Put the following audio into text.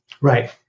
Right